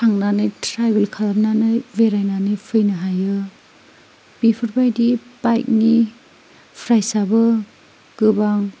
थांनानै ट्रेबेल खालामनानै बेरायनानै फैनो हायो बेफोरबायदि बाइकनि प्राइसाबो गोबां